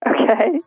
Okay